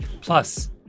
Plus